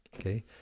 Okay